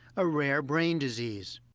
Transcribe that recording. a rare brain disease.